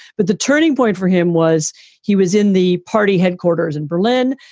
but the turning point for him was he was in the party headquarters in berlin.